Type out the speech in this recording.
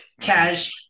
cash